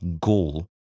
goal